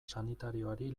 sanitarioari